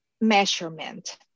measurement